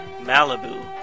Malibu